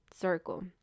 circle